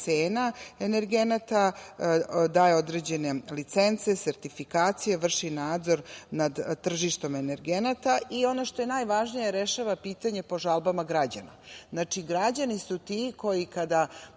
cena energenata, daje određene licence, sertifikacije, vrši nadzor nad tržištom energenata i ono što je najvažnije, rešava pitanja po žalbama građana. Znači, građani su ti koji kada